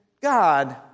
God